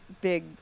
big